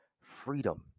freedom